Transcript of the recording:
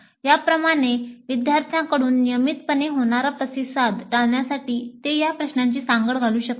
या प्रमाणे विद्यार्थ्यांकडून नियमितपणे होणारा प्रतिसाद टाळण्यासाठी ते या प्रश्नांची सांगड घालू शकतात